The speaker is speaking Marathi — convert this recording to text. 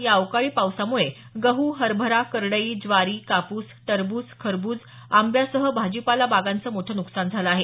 या अवकाळी पावसामुळे गहू हरभरा करडई ज्वारी कापूस टरबूज खरबूज आंब्यासह भाजीपाला बागांचं मोठं नुकसान झालं आहे